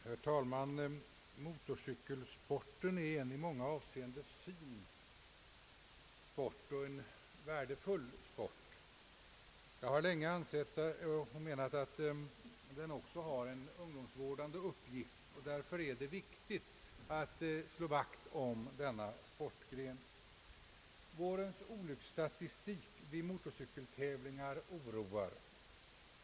Herr talman! Motorcykelsporten är en i många avseenden fin och värdefull sport. Jag har länge ansett att den också kan ha en ungdomsvårdande uppgift. Därför är det viktigt att slå vakt om denna sportgren. Vårens olycksstatistik vid motorcykeltävlingar oroar.